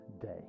day